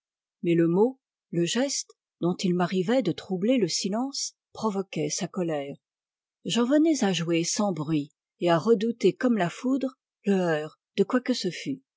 mais le mot le geste dont il m'arrivait de troubler le silence provoquaient sa colère j'en venais à jouer sans bruit et à redouter comme la foudre le heurt de quoique ce fût